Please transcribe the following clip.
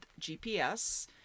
GPS